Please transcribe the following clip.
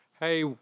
Hey